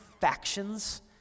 factions